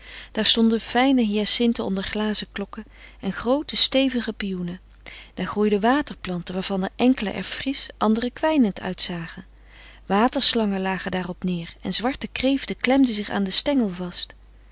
daar stonden fijne hyacinten onder glazen klokken en groote stevige pioenen daar groeiden waterplanten waarvan enkele er frisch andere kwijnend uitzagen waterslangen lagen daarop neer en zwarte kreeften klemden zich aan den stengel vast